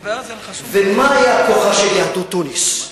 מה היה כוחה של יהדות תוניס,